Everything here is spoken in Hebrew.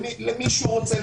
למי שהוא רוצה,